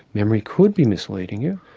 memory could be misleading you.